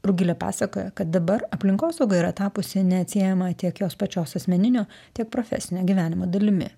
rugilė pasakojo kad dabar aplinkosauga yra tapusi neatsiejama tiek jos pačios asmeninio tiek profesinio gyvenimo dalimi